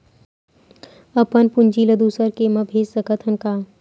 अपन पूंजी ला दुसर के मा भेज सकत हन का?